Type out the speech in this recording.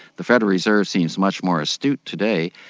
the federal reserve seems much more astute today.